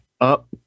up